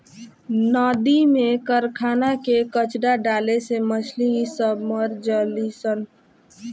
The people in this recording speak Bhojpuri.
नदी में कारखाना के कचड़ा डाले से मछली सब मर जली सन